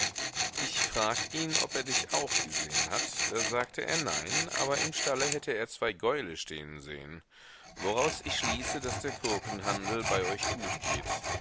ich fragt in ob er dich auch gesehen hat da sagte er nein aber im stale häte er zwei gäule stehn sehn woraus ich schlise das der kurkenhandel bei euch gut geht